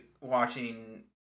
watching